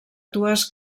dues